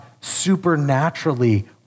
supernaturally